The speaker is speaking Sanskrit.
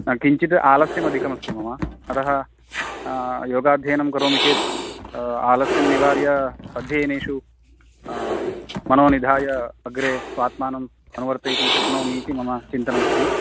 किञ्चित् आलस्यमधिकमस्ति मम अतः योगाध्ययनं करोमि चेत् आलस्यं निवार्य अध्ययनेषु मनो निधाय अग्रे स्वात्मानम् अनुवर्तयितुं शक्नोमि इति मम चिन्तनमस्ति